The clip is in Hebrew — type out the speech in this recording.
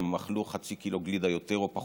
הם אכלו חצי קילו גלידה יותר או פחות,